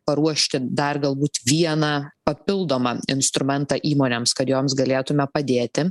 paruošti dar galbūt vieną papildomą instrumentą įmonėms kad joms galėtume padėti